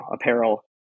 apparel